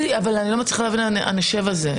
אני לא מצליחה להבין את ה"נשב" הזה,